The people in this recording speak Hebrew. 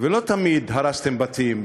ולא תמיד הרסתם בתים.